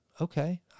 okay